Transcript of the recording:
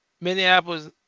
Minneapolis